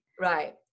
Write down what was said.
Right